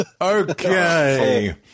Okay